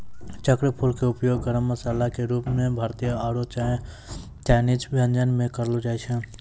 चक्रफूल के उपयोग गरम मसाला के रूप मॅ भारतीय आरो चायनीज व्यंजन म करलो जाय छै